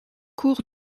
cours